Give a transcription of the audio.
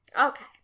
okay